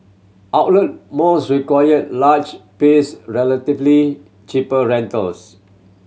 outlet malls require large pace relatively cheaper rentals